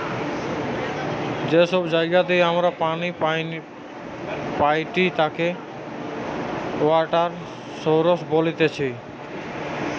যে সব জায়গা দিয়ে আমরা পানি পাইটি তাকে ওয়াটার সৌরস বলতিছে